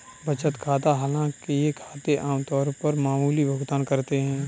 बचत खाता हालांकि ये खाते आम तौर पर मामूली भुगतान करते है